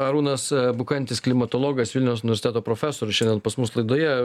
arūnas bukantis klimatologas vilniaus universiteto profesorius šiandien pas mus laidoje